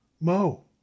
mo